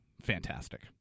fantastic